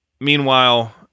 Meanwhile